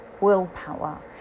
willpower